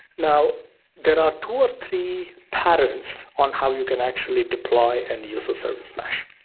now there are two or three patterns on how you can actually deploy and use a service mesh.